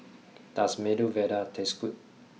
does Medu Vada taste good